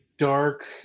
dark